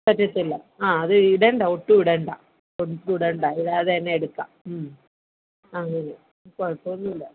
പറ്റിയിട്ടില്ല ആ അത് ഇടണ്ട ഒട്ടും ഇടണ്ട ഒട്ടും ഇടണ്ട ഇടാതെ തന്നെ എടുക്കാം മ്മ് അങ്ങനെ കുഴപ്പമൊന്നും ഇല്ല